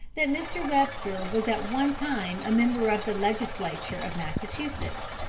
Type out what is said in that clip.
that mr. webster was at one time a member of the legislature of massachusetts.